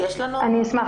אני אשמח